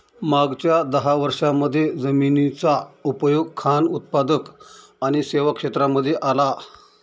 मागच्या दहा वर्षांमध्ये जमिनीचा उपयोग खान उत्पादक आणि सेवा क्षेत्रांमध्ये आला